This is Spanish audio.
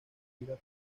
gira